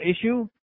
issue